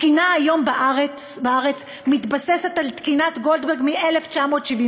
התקינה היום בארץ מתבססת על תקינת גולדברג מ-1976.